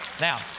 Now